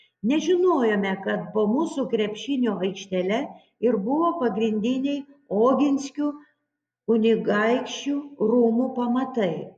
nežinojome kad po mūsų krepšinio aikštele ir buvo pagrindiniai oginskių kunigaikščių rūmų pamatai